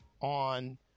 on